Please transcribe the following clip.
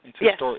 Yes